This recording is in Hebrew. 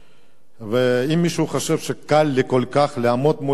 אם מישהו חושב שקל לי כל כך לעמוד מול הנציגים